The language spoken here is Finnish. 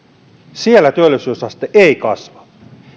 siellä työllisyysaste ei kasva